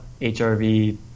HRV